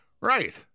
right